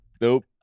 Nope